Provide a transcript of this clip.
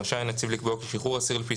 רשאי הנציב לקבוע כי שחרור אסיר לפי